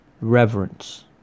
reverence